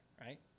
right